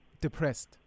depressed